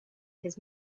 his